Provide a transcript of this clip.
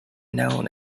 known